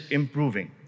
improving